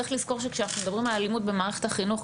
צריך לזכור שכאשר אנחנו מדברים על אלימות במערכת החינוך,